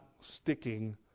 sticking